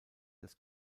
des